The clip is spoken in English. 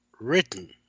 written